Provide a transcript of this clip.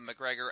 McGregor